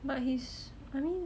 but he's I mean